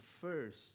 first